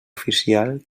oficial